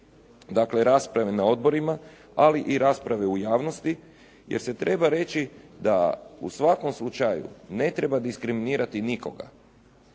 bile i rasprave na odborima, ali i rasprave u javnosti jer se treba reći da u svakom slučaju ne treba diskriminirati nikoga.